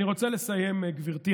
אני רוצה לסיים, גברתי.